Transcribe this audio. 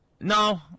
no